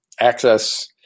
access